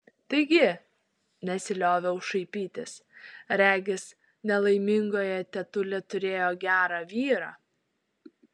taigi nesilioviau šaipytis regis nelaimingoji tetulė turėjo gerą vyrą